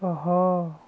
آہا